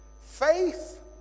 Faith